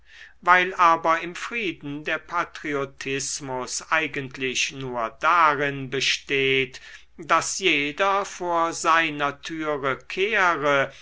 weil aber im frieden der patriotismus eigentlich nur darin besteht daß jeder vor seiner türe kehre